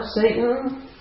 Satan